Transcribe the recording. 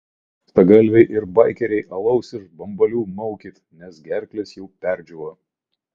skustagalviai ir baikeriai alaus iš bambalių maukit nes gerklės jau perdžiūvo